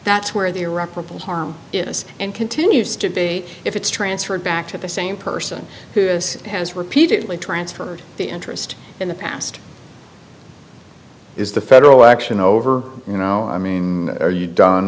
that's where the irreparable harm is and continues to be if it's transferred back to the same person who has repeatedly transferred the interest in the past is the federal action over you know i mean are you d